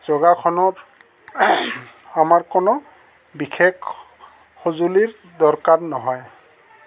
যোগাসনত আমাৰ কোনো বিশেষ সঁজুলিৰ দৰকাৰ নহয়